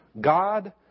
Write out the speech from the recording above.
God